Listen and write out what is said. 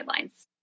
guidelines